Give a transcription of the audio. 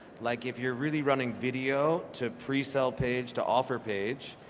like if you're really running video to pre-sell page to offer page,